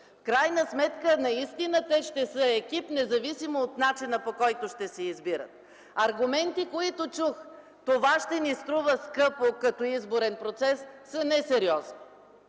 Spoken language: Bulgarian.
крайна сметка наистина те ще са екип, независимо от начина, по който ще се избират. Аргументите, които чух – „Това ще ни струва скъпо като изборен процес”, са несериозни.